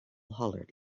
hollered